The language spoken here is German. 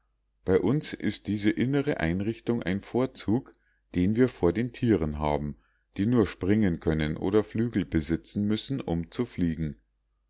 bei uns ist diese innere einrichtung ein vorzug den wir vor den tieren haben die nur springen können oder flügel besitzen müssen um zu fliegen